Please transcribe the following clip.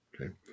Okay